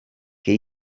che